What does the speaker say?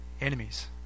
Enemies